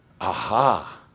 Aha